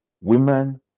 Women